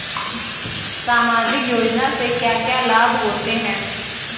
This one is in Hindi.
सामाजिक योजना से क्या क्या लाभ होते हैं?